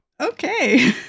Okay